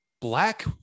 black